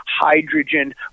hydrogen